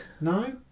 No